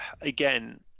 again